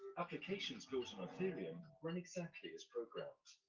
applications built on ethereum run exactly is programmed,